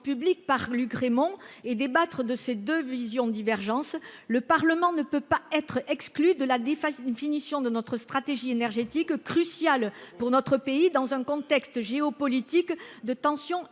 publics par Luc Rémont et débattre de ces deux visions divergentes. Le Parlement ne peut pas être exclu de la définition de notre stratégie énergétique, cruciale pour notre pays dans un contexte de tensions